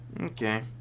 Okay